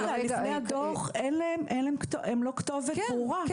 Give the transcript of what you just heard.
רגע, לפני הדוח: אין להם כתובת ברורה.